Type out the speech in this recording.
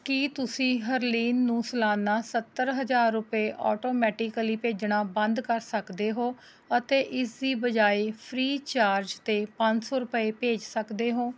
ਕੀ ਤੁਸੀਂ ਹਰਲੀਨ ਨੂੰ ਸਾਲਾਨਾ ਸੱਤਰ ਹਜ਼ਾਰ ਰੁਪਏ ਆਟੋਮੈਟੀਕਲੀ ਭੇਜਣਾ ਬੰਦ ਕਰ ਸਕਦੇ ਹੋ ਅਤੇ ਇਸ ਦੀ ਬਜਾਏ ਫ੍ਰੀਚਾਰਜ 'ਤੇ ਪੰਜ ਸੌ ਰੁਪਏ ਭੇਜ ਸਕਦੇ ਹੋ